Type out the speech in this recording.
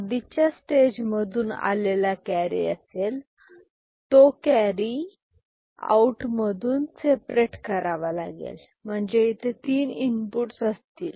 आधीच्या स्टेज मधून आलेला कॅरी असेल तो कॅरी आउट मधून सेपरेट करावा लागेल म्हणजे इथे तीन इनपुट असतील